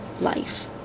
life